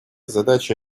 задача